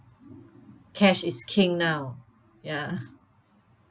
cash is king now ya